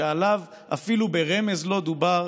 / שאפילו ברמז עליו לא דובר.